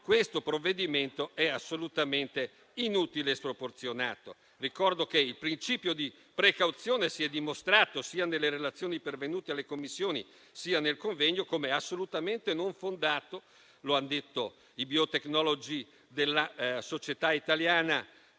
questo provvedimento sia assolutamente inutile e sproporzionato. Ricordo che il principio di precauzione si è dimostrato, sia nelle relazioni pervenute alle Commissioni sia nel convegno, come assolutamente non fondato. Lo hanno detto i biotecnologi della società italiana